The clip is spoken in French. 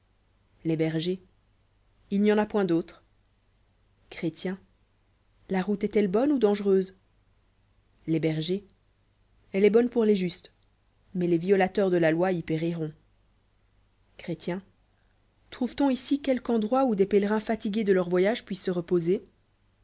les bergers il n'y en a point d'autre chrét la route est-elle bonne ou dangereuse les bergers elle est bonne pour les justes mais les violateurs de la loi y périront cl ré tr dve t on ici quelqu'endroit où des pélerins fatigués de leur voyage luissent se reposer